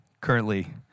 currently